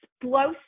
explosive